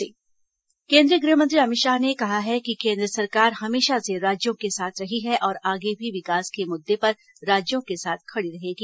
अमित शाह बैठक केंद्रीय गृह मंत्री अमित शाह ने कहा है कि केन्द्र सरकार हमेशा से राज्यों के साथ रही है और आगे भी विकास के मुद्दे पर राज्यों के साथ खड़ी रहेगी